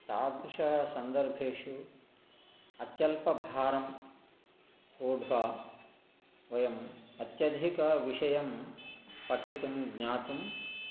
तादृशः सन्दर्भेषु अत्यल्पभारम् वोढ्वा वयम् अत्यधिकं विषयं पठितुं ज्ञातुम्